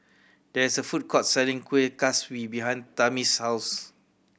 there is a food court selling Kuih Kaswi behind Tami's house